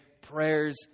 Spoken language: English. prayers